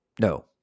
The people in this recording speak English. No